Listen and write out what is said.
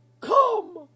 Come